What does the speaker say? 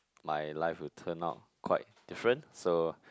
my life would turn out quite different so